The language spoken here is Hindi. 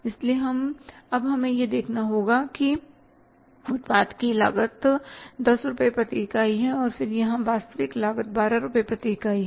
इसलिए अब हमें यह देखना है कि उत्पाद की बजट लागत 10 रुपये प्रति इकाई है और फिर यहां वास्तविक लागत 12 रुपये प्रति इकाई है